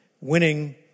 winning